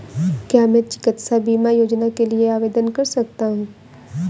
क्या मैं चिकित्सा बीमा योजना के लिए आवेदन कर सकता हूँ?